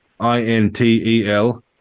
intel